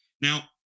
Now